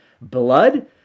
blood